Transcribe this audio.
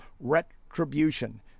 retribution